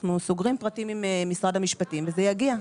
אנחנו סוגרים דברים עם משרד המשפטים וזה יגיע.